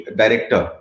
director